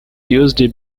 used